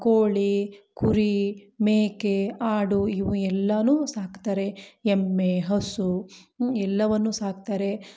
ಕೋಳಿ ಕುರಿ ಮೇಕೆ ಆಡು ಇವು ಎಲ್ಲಾ ಸಾಕ್ತಾರೆ ಎಮ್ಮೆ ಹಸು ಎಲ್ಲವನ್ನು ಸಾಕ್ತಾರೆ